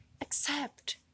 accept